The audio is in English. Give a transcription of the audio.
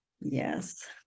Yes